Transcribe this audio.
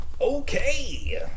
Okay